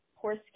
horse